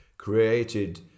created